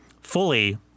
Fully